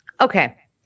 Okay